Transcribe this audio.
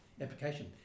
application